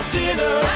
dinner